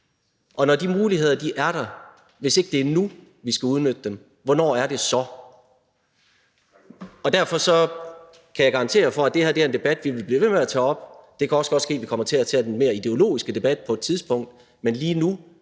nu, når de muligheder er der, vi skal udnytte dem, hvornår er det så? Derfor kan jeg garantere for, at det her er en debat, vi vil blive ved med at tage op. Det kan også godt ske, at vi kommer til at tage den mere ideologiske debat på et tidspunkt, men lige nu